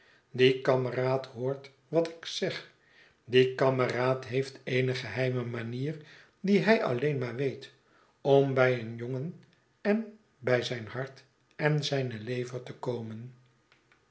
die kameraad hoort wat ik zeg die kameraad heeft eene geheime manier die hij alleen maar weet om bij een jongenenbij zijn hart en zijne lever te komen